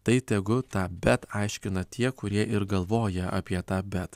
tai tegu tą bet aiškina tie kurie ir galvoja apie tą bet